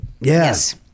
Yes